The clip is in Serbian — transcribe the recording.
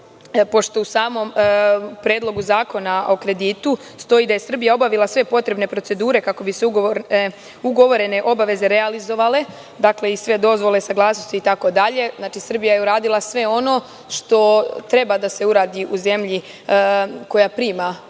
pošto u samom Predlogu zakona o kreditu stoji da je Srbija obavila sve potrebne procedure kako bi se ugovorene obaveze realizovale, dakle, i sve dozvole i saglasnosti itd. Znači, Srbija je uradila sve ono što treba da se uradi u zemlji koja prima ovaj